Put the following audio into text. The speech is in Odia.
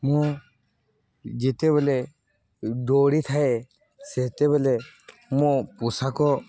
ମୁଁ ଯେତେବେଳେ ଦୌଡ଼ିଥାଏ ସେତେବେଳେ ମୋ ପୋଷାକ